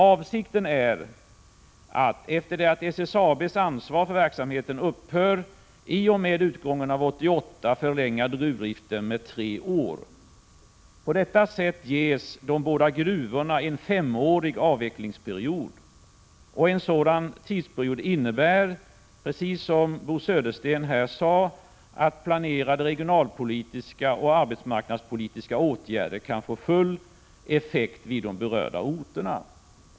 Avsikten är att förlänga gruvdriften med tre år efter det att SSAB:s ansvar för verksamheten upphör i och med utgången av 1988. På detta sätt ges de båda gruvorna en femårig avvecklingsperiod. En sådan tidsperiod innebär, precis som Bo Södersten här sade, att planerade regionalpolitiska och arbetsmarknadspolitiska åtgärder kan få full effekt vid de berörda orterna.